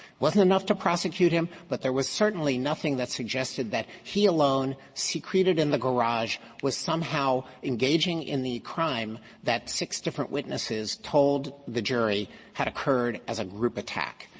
wasn't enough to prosecute him, but there was certainly nothing that suggested that he alone secreted in the garage was somehow engaging in the crime that six different witnesses told the jury had occurred as a group attack.